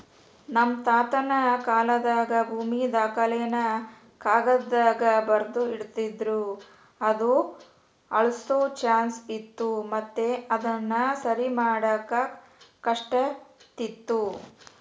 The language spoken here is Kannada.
ನಮ್ ತಾತುನ ಕಾಲಾದಾಗ ಭೂಮಿ ದಾಖಲೆನ ಕಾಗದ್ದಾಗ ಬರ್ದು ಇಡ್ತಿದ್ರು ಅದು ಅಳ್ಸೋ ಚಾನ್ಸ್ ಇತ್ತು ಮತ್ತೆ ಅದುನ ಸರಿಮಾಡಾಕ ಕಷ್ಟಾತಿತ್ತು